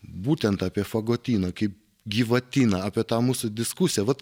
būtent apie fagotyną kaip gyvatyną apie tą mūsų diskusiją vat